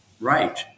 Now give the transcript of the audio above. Right